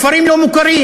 כפרים לא מוכרים,